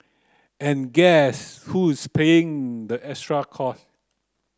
and guess who's paying the extra cost